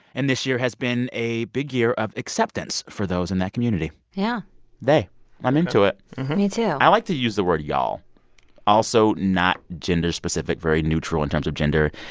and this year has been a big year of acceptance for those in that community yeah they ok i'm into it me, too i like to use the word y'all also not gender specific, very neutral in terms of gender.